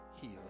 Heal